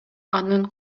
анын